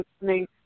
listening